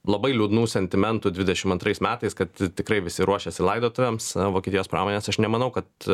labai liūdnų sentimentų dvidešimt antrais metais kad tikrai visi ruošėsi laidotuvėms vokietijos pramonės aš nemanau kad